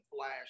Flash